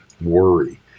worry